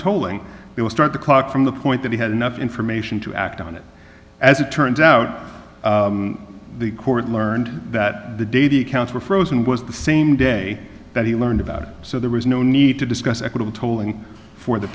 tolling they will start the clock from the point that he had enough information to act on it as it turns out the court learned that the day the accounts were frozen was the same day that he learned about it so there was no need to discuss equitable tolling for the